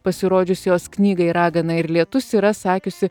pasirodžius jos knygai ragana ir lietus yra sakiusi